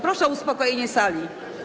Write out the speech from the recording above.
Proszę o uspokojenie sali.